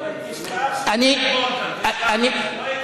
תשכח שאתה הריבון כאן.